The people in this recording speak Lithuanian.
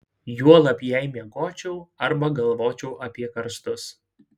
juolab jei miegočiau arba galvočiau apie karstus